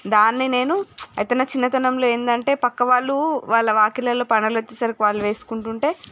దాన్ని నేను అయితే నా చిన్నతనంలో ఏంటంటే పక్క వాళ్ళు వాళ్ళ వాకిళ్ళలో పనోళ్ళొచ్చేసరికి వాళ్ళు వేసుకుంటుంటే